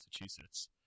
Massachusetts